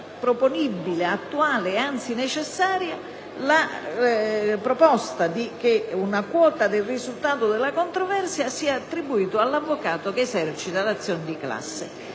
opportuna, attuale, anzi necessaria la proposta che una quota del risultato della controversia sia attribuita all'avvocato che esercita l'azione di classe.